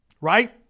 Right